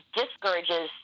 discourages